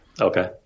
Okay